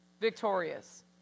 victorious